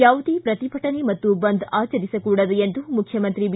ಯಾವುದೇ ಪ್ರತಿಭಟನೆ ಮತ್ತು ಬಂದ್ ಆಚರಿಸಕೂಡದು ಎಂದು ಮುಖ್ಯಮಂತ್ರಿ ಬಿ